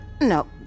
No